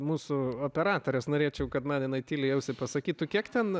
mūsų operatorės norėčiau kad man jinai tyliai į ausį pasakytų kiek ten